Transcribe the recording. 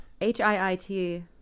h-i-i-t